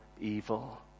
evil